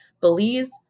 Belize